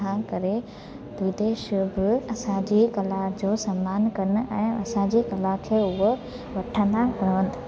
छा करे विदेश बि असांजे कला जो संमान कनि ऐं असांजे कला खे उहे वठंदा रहंदा